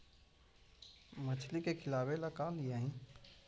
मछली के खिलाबे ल का लिअइ?